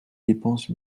dépenses